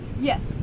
Yes